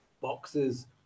boxes